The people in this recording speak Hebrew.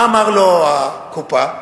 מה אמרו לו בקופה?